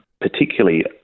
particularly